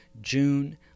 June